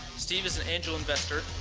steve as an angel investor,